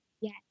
Yes